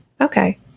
Okay